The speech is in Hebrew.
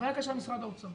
הבעיה היא של משרד האוצר.